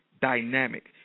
dynamic